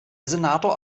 senator